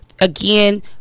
again